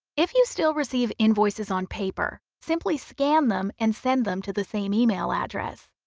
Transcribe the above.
if you still receive invoices on paper, simply scan them and send them to the same email address.